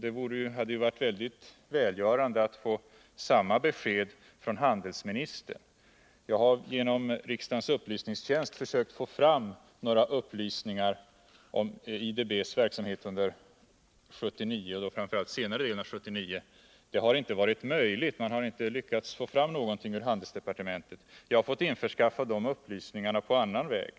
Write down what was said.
Det hade varit väldigt välgörande att få samma besked från handelsministern. Jag har genom riksdagens upplysningstjänst försökt få fram några upplysningar om IDB:s verksamhet under 1979, framför allt senare delen av året, men man har inte lyckats få fram någonting ur handelsdepartementet. Jag har fått införskaffa de upplysningarna på annan väg.